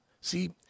See